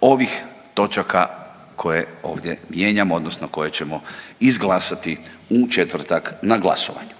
ovih točaka koje ovdje mijenjamo, odnosno koje ćemo izglasati u četvrtak na glasovanju.